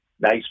nice